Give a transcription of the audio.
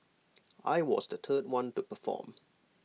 I was the third one to perform